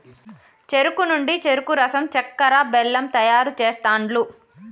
చెరుకు నుండి చెరుకు రసం చెక్కర, బెల్లం తయారు చేస్తాండ్లు